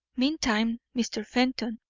meantime, mr. fenton,